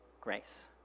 grace